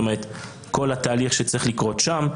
זאת אומרת כל התהליך שצריך לקרות שם,